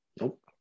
Nope